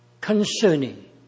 concerning